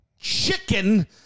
chicken-